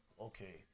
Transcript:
okay